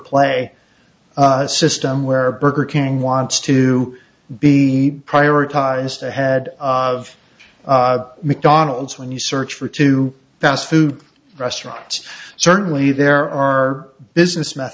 play system where burger king wants to be prioritized ahead of mcdonald's when you search for two fast food restaurants certainly there are business me